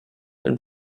and